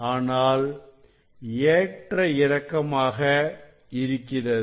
ஆனால் ஏற்ற இறக்கமாக இருக்கிறது